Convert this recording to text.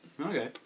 Okay